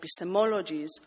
epistemologies